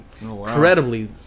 incredibly